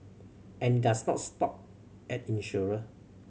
and does not stop at insurer